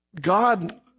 God